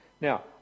Now